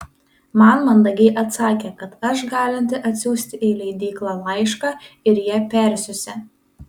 man mandagiai atsakė kad aš galinti atsiųsti į leidyklą laišką ir jie persiųsią